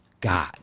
God